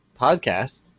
podcast